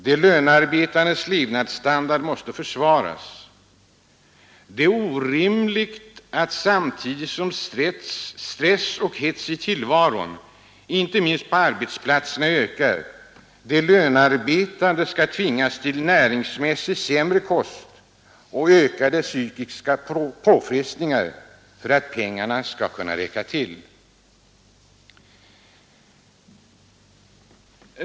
De lönearbetandes levnadsstandard måste försvaras. Det är orimligt att, samtidigt som stress och hets i tillvaron — inte minst på arbetsplatserna — ökar, de lönearbetande skall tvingas till näringsmässigt sämre kost och ökade psykiska påfrestningar för att pengarna skall räcka till.